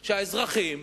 שהאזרחים,